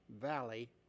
valley